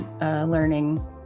learning